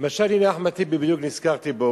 למשל, הנה אחמד טיבי, בדיוק נזכרתי בו.